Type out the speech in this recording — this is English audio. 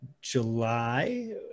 July